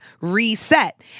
reset